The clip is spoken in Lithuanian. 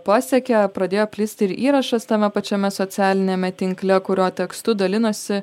pasiekė pradėjo plisti ir įrašas tame pačiame socialiniame tinkle kurio tekstu dalinosi